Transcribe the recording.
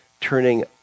turning